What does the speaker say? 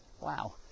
Wow